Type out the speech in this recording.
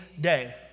day